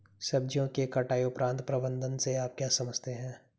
सब्जियों के कटाई उपरांत प्रबंधन से आप क्या समझते हैं?